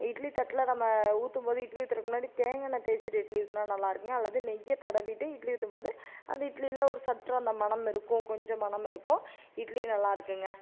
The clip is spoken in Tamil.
இட்லி தட்டில் நம்ம ஊற்றும் போது இட்லி ஊத்துறதுக்கு முன்னாடி தேங்காய் எண்ணெய் தேய்ச்சிட்டு இட்லி ஊற்றினா நல்லா இருக்கும்ங்க அல்லது நெய்யை தடவிட்டு இட்லி ஊற்றும் போது அது இட்லியில் ஒரு சற்று அந்த மணம் இருக்கும் கொஞ்சம் மணம் இருக்கும் இட்லி நல்லா இருக்கும்ங்க